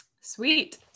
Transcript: Sweet